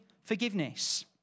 forgiveness